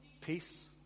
peace